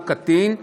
והוא קטין,